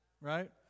right